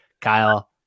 Kyle